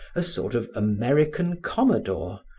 a sort of american commodore,